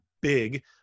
big